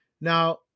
Now